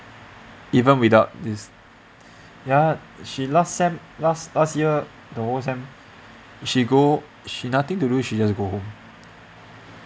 even without this ya she last sem last last year the whole sem she go she nothing to do she just go home